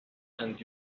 and